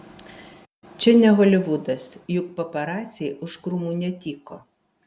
čia ne holivudas juk paparaciai už krūmų netyko